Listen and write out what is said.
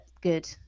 good